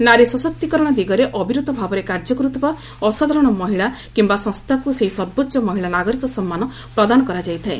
ନାରୀ ସଶକ୍ତିକରଣ ଦିଗରେ ଅବିରତ ଭାବରେ କାର୍ଯ୍ୟ କରୁଥିବା ଅସାଧାରଣ ମହିଳା କିମ୍ବା ସଂସ୍ଥାକୁ ସେହି ସର୍ବୋଚ୍ଚ ମହିଳା ନାଗରିକ ସମ୍ମାନ ପ୍ରଦାନ କରାଯାଇଥାଏ